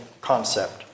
concept